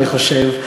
אני חושב,